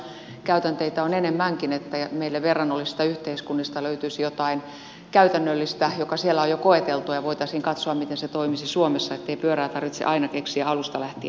toivottavasti tällaisia käytänteitä on enemmänkin että meille verrannollisista yhteiskunnista löytyisi jotain käytännöllistä mikä siellä on jo koeteltu ja voitaisiin katsoa miten se toimisi suomessa ettei pyörää tarvitse aina keksiä alusta lähtien uudelleen